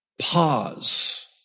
pause